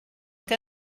que